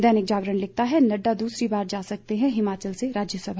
दैनिक जागरण लिखता है नड़डा दूसरी बार जा सकते हैं हिमाचल से राज्यसभा